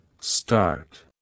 start